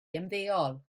ymddeol